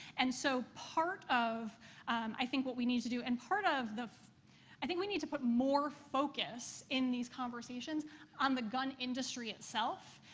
and so part of i think what we need to do and part of the i think we need to put more focus in these conversations on the gun industry itself,